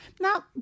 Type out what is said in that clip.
now